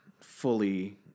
fully